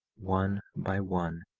one by one,